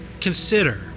consider